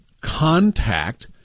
Contact